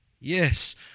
Yes